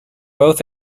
both